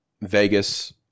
Vegas